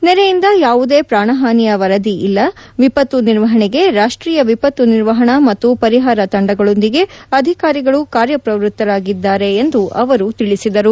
ನೆರೆಯಿಂದ ಯಾವುದೇ ಪ್ರಾಣಹಾನಿಯ ವರದಿ ಇಲ್ಲ ವಿಪತ್ತು ನಿರ್ವಹಣೆಗೆ ರಾಷ್ಟೀಯ ವಿಪತ್ತು ನಿರ್ವಹಣಾ ಮತ್ತು ಪರಿಹಾರ ತಂಡಗಳೊಂದಿಗೆ ಅಧಿಕಾರಿಗಳು ಕಾರ್ಯಪ್ರವೃತ್ತರಾಗಿದ್ದಾರೆ ಎಂದು ಅವರು ತಿಳಿಸಿದರು